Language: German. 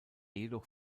jedoch